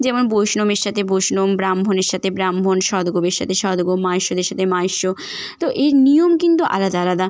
যেমন বৈষ্ণবের সাথে বৈষ্ণব ব্রাহ্মণের সাথে ব্রাহ্মণ সদগোপের সাথে সদগোপ মাহিষ্যদের সাথে মাহিষ্য তো এই নিয়ম কিন্তু আলাদা আলদা